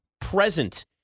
present